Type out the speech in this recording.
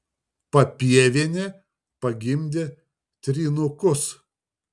papievienė pagimdė trynukus